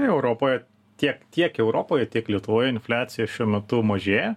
europoj tiek tiek europoje tiek lietuvoj infliacija šiuo metu mažėja